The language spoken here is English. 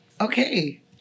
Okay